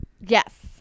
Yes